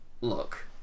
look